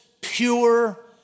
pure